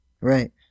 Right